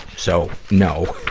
so, no.